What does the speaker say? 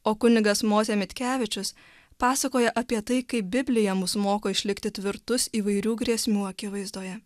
o kunigas mozė mitkevičius pasakoja apie tai kaip biblija mus moko išlikti tvirtus įvairių grėsmių akivaizdoje